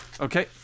okay